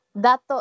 dato